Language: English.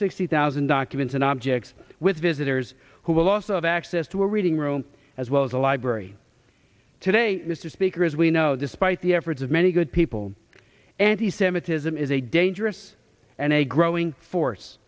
sixty thousand documents and objects with visitors who will also have access to a reading room as well as the library today mr speaker as we know the spite the efforts of many good people anti semitism is a dangerous and a growing force